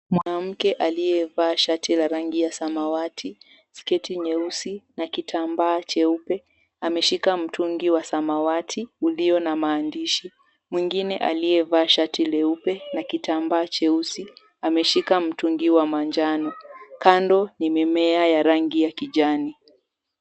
Mwanamke aliyevaa shati la rangi ya samawati, sketi nyeusi na kitambaa cheupe, ameshika mtungi wa samawati ulio na maandishi. Mwingine aliyevaa shati jeupe na kitambaa cheusi, ameshika mtungi wa manjano. Kando ni mimea ya rangi ya kijani.